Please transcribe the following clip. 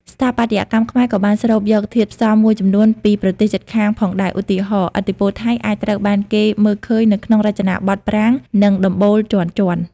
ស្ថាបត្យកម្មខ្មែរក៏បានស្រូបយកធាតុផ្សំមួយចំនួនពីប្រទេសជិតខាងផងដែរ។ ឧទាហរណ៍ ឥទ្ធិពលថៃអាចត្រូវបានគេមើលឃើញនៅក្នុងរចនាបថប្រាង្គ និងដំបូលជាន់ៗ។